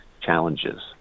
challenges